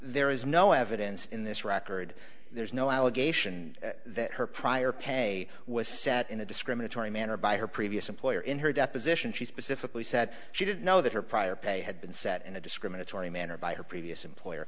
there is no evidence in this record there's no allegation that her prior pay was set in a discriminatory manner by her previous employer in her deposition she specifically said she did know that her prior pay had been set in a discriminatory manner by her previous employer